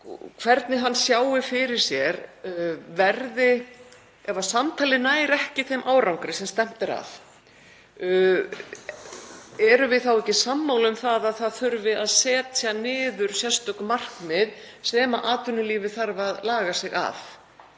hvernig hann sjái fyrir sér — ef samtalið nær ekki þeim árangri sem stefnt er að, erum við þá ekki sammála um að það þurfi að setja niður sérstök markmið sem atvinnulífið þarf að laga sig að,